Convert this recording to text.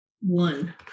One